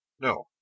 no